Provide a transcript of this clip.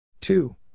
Two